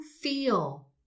feel